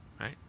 right